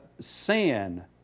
sin